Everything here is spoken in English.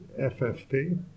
FFP